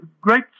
great